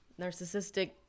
narcissistic